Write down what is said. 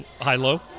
high-low